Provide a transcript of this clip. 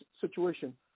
situation